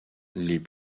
les